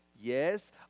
Yes